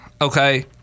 Okay